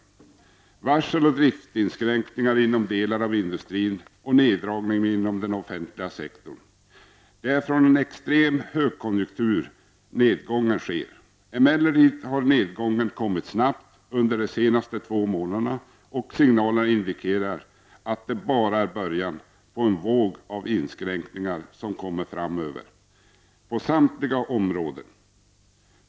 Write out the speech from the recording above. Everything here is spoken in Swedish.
Det sker nu varsel och driftsinskränkningar inom delar av industrin och neddragningar inom den offentliga sektorn. Det är från en extrem högkonjunktur nedgången sker. Emellertid har nedgången kommit snabbt under de senaste två månaderna, och signalerna indikerar att det bara är början på en våg av inskränkningar som kommer framöver inom samtliga områden i samhället.